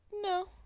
No